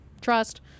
Trust